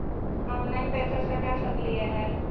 Online पैसा सटा सकलिय है?